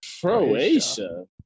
Croatia